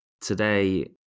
today